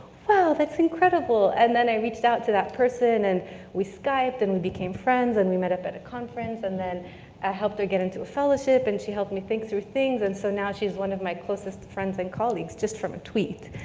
wow, that's incredible. and then i reached out to that person and we skyped and we became friends and we met up at a conference and then i helped her get into a fellowship and she helped me think through things and so now she's one of my closest friends and colleagues just from a tweet.